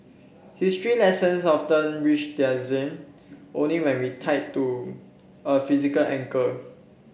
history lessons often reach their zenith only when tied to a physical anchor